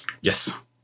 Yes